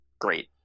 great